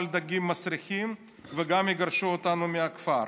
דגים מסריחים וגם יגרשו אותנו מהכפר.